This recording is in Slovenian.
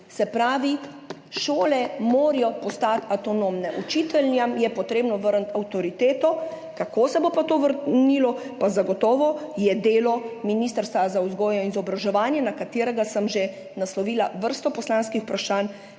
Se pravi, šole morajo postati avtonomne, učiteljem je potrebno vrniti avtoriteto, kako se bo pa to vrnilo, pa je zagotovo delo Ministrstva za vzgojo in izobraževanje, na katero sem že naslovila vrsto poslanskih vprašanj,